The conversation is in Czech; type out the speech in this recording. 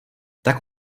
tak